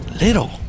little